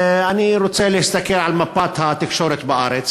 אני רוצה להסתכל על מפת התקשורת בארץ.